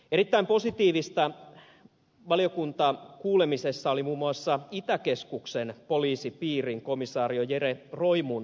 erittäin positiivista valiokuntakuulemisessa oli muun muassa itäkeskuksen poliisipiirin komisario jere roimun asiantuntijakuuleminen